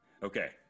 Okay